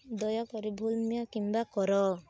ଦୟାକରି କର